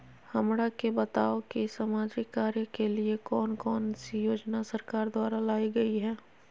हमरा के बताओ कि सामाजिक कार्य के लिए कौन कौन सी योजना सरकार द्वारा लाई गई है?